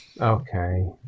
Okay